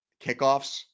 kickoffs